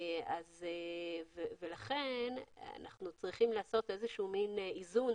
לכן אנחנו צריכים לעשות מעין איזון